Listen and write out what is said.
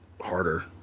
harder